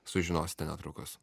sužinosite netrukus